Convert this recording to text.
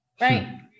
right